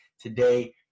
Today